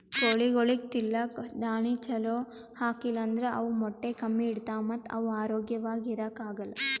ಕೋಳಿಗೊಳಿಗ್ ತಿಲ್ಲಕ್ ದಾಣಿ ಛಲೋ ಹಾಕಿಲ್ ಅಂದ್ರ ಅವ್ ಮೊಟ್ಟೆ ಕಮ್ಮಿ ಇಡ್ತಾವ ಮತ್ತ್ ಅವ್ ಆರೋಗ್ಯವಾಗ್ ಇರಾಕ್ ಆಗಲ್